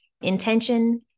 intention